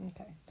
Okay